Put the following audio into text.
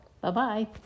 Bye-bye